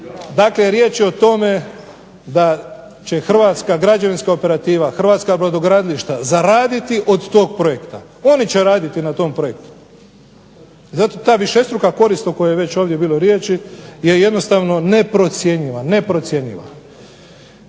Dakle, riječ je o tome da će Hrvatska građevinska operativa, hrvatska brodogradilišta zaraditi od tog projekta, oni će raditi na tom projektu, ta višestruka korist o kojoj je već ovdje bilo riječi je jednostavno neprocjenjiva.